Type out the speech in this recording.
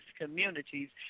communities